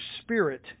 spirit